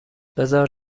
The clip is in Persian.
بذار